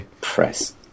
Press